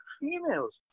females